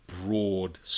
broad